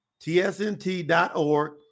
TSNT.org